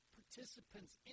participants